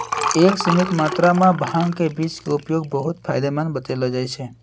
एक सीमित मात्रा मॅ भांग के बीज के उपयोग बहु्त फायदेमंद बतैलो जाय छै